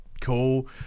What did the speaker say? cool